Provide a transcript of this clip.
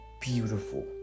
beautiful